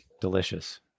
Delicious